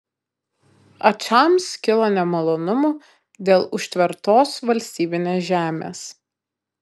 ačams kilo nemalonumų dėl užtvertos valstybinės žemės